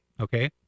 Okay